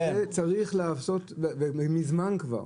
זה היה צריך להיעשות מזמן כבר.